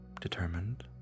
determined